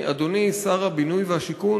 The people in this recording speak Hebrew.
אדוני שר הבינוי והשיכון,